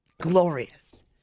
Glorious